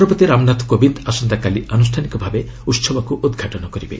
ରାଷ୍ଟ୍ରପତି ରାମନାଥ କୋବିନ୍ଦ୍ ଆସନ୍ତାକାଲି ଆନୁଷ୍ଠାନିକ ଭାବେ ଉତ୍ସବକୁ ଉଦ୍ଘାଟନ କରିବେ